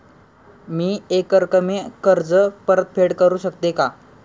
मी एकरकमी कर्ज परतफेड करू शकते का?